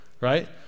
right